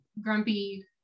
grumpy